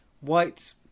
white